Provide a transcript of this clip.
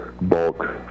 bulk